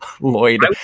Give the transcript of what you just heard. Lloyd